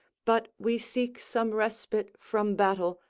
but we seek some respite from battle,